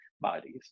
bodies